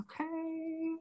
Okay